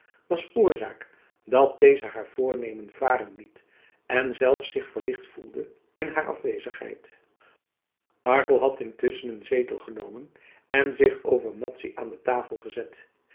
was oorzaak dat deze haar voornemen varen liet en zelfs zich verlicht voelde in haar afwezigheid arkel had intusschen een zetel genomen en zich over madzy aan de tafel gezet